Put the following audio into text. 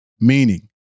Meaning